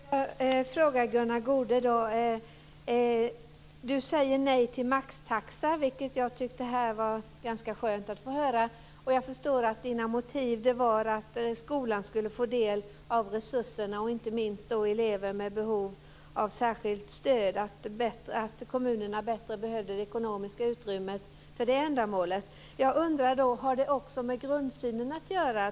Fru talman! Jag skulle vilja fråga Gunnar Goude en sak. Han säger nej till maxtaxa. Jag tyckte att det var ganska skönt att få höra det. Jag förstår att hans motiv var att skolan skulle få del av resurserna, och inte minst då när det gäller elever med behov av särskilt stöd. Kommunerna behöver det ekonomiska utrymmet bättre för det ändamålet. Jag undrar om detta också har med grundsynen att göra.